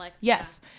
Yes